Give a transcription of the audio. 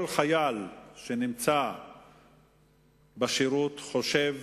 כל חייל שנמצא בשירות חושב